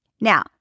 Now